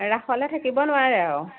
ৰাসলে থাকিব নোৱাৰে আৰু